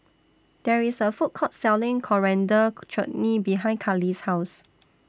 There IS A Food Court Selling Coriander Chutney behind Kali's House